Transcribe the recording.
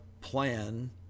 plan